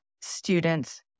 students